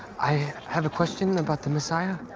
i have a question about the messiah.